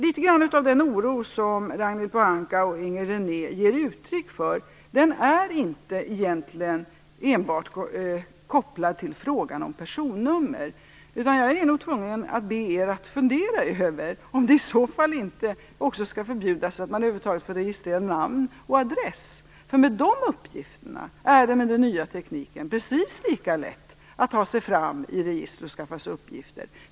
Litet grand av den oro som Ragnhild Pohanka och Inger René ger uttryck för är egentligen inte enbart kopplad till frågan om personnummer. Jag är nog tvungen att be er att fundera över om det i så fall inte också skall förbjudas att man över huvud taget får registrera namn och adress. Med de uppgifterna är det med den nya tekniken precis lika lätt att ta sig fram i register och skaffa sig uppgifter.